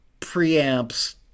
preamps